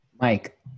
Mike